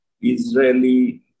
Israeli